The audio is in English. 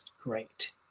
great